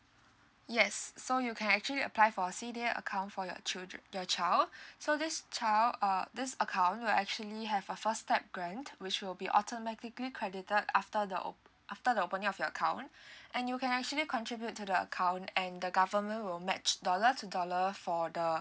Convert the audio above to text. yes so you can actually apply for C_D_A account for your children your child so this child uh this account will actually have a first step grant which will be automatically credited after the op~ after the opening of your account and you can actually contribute to the account and the government will match dollar to dollar for the